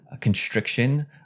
constriction